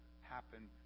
happen